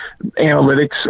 analytics